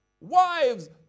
Wives